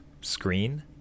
screen